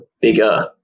bigger